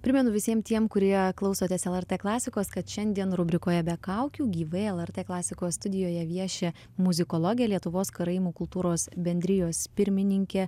primenu visiem tiem kurie klausotės lrt klasikos kad šiandien rubrikoje be kaukių gyvai lrt klasikos studijoje vieši muzikologė lietuvos karaimų kultūros bendrijos pirmininkė